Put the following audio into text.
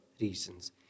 reasons